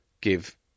give